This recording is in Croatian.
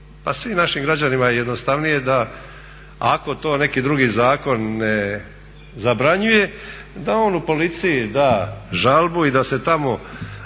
svim našim građanima je jednostavnije da ako to neki drugi zakon ne zabranjuje da on u policiji da žalbu i da tamo